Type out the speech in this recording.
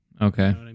Okay